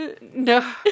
no